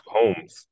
homes